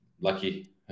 lucky